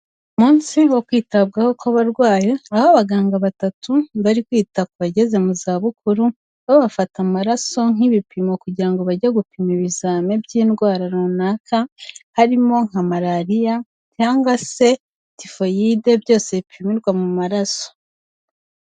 Umunsi wo kwitabwaho kw'abarwayi, aho abaganga batatu bari kwita ku bageze mu zabukuru, babafata amaraso nk'ibipimo kugira ngo bajye gupima ibizami by'indwara runaka harimo: nka malariya, cyangwa se tifoyide byose bipimirwa mu maraso.